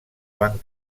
van